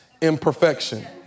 imperfection